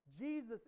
Jesus